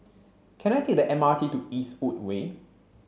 can I take the M R T to Eastwood Way